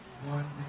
One